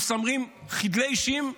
עם שרים חדלי אישים,